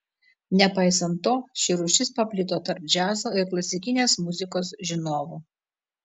nepaisant to ši rūšis paplito tarp džiazo ir klasikinės muzikos žinovų